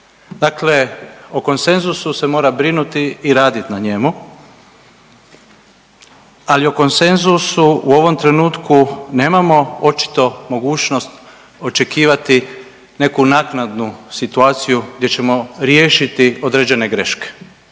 Dakle o konsenzusu se mora brinuti i raditi na njemu. Ali o konsenzusu u ovom trenutku nemamo očito mogućnost očekivati neku naknadu situaciju gdje ćemo riješiti određene greške